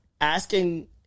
Asking